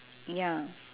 ya